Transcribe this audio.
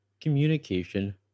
communication